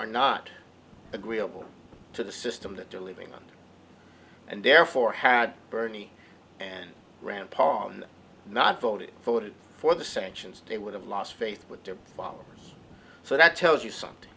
are not agreeable to the system that they're living under and therefore had bernie and rand paul and not voted voted for the sanctions they would have lost faith with their fall so that tells you something